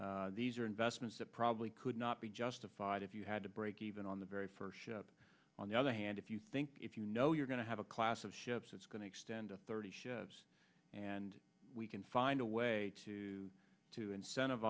that these are investments that probably could not be justified if you had to break even on the very first on the other hand if you think if you know you're going to have a class of ships it's going to extend to thirty ships and we can find a way to to incentiv